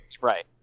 Right